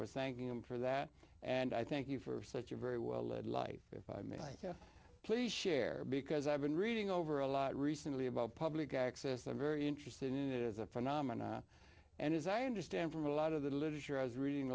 was thanking them for that and i thank you for such a very well led life if i may i please share because i've been reading over a lot recently about public access they're very interested in it is a phenomenon and as i understand from a lot of the literature i was reading